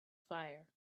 fire